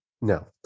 No